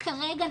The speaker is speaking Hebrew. כרגע,